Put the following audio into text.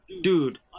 Dude